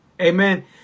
amen